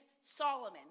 Solomon